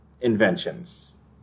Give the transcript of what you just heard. inventions